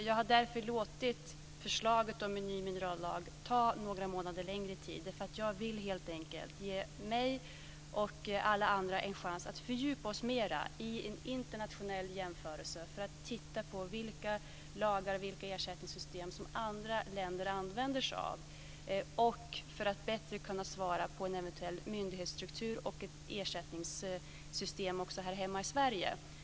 Jag har därför låtit förslaget om en ny minerallag ta några månader längre tid, därför att jag helt enkelt vill ge mig och alla andra en chans att fördjupa oss mer i en internationell jämförelse, titta närmare på vilka lagar och vilka ersättningssystem som andra länder använder sig av för att här hemma i Sverige få en bättre motsvarighet i en eventuell myndighetsstruktur och ett ersättningssystem.